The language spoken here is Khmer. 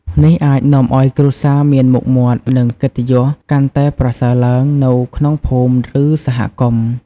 នេះអាចនាំឱ្យគ្រួសារមានមុខមាត់ និងកិត្តិយសកាន់តែប្រសើរឡើងនៅក្នុងភូមិ ឬសហគមន៍។